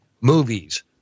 movies